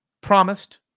promised